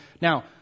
Now